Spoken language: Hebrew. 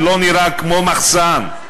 ולא נראה כמו מחסן,